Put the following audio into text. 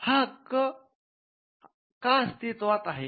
हा हक्क का अस्तित्त्वात आहे